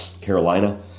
Carolina